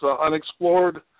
unexplored